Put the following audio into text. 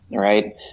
right